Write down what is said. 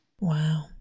wow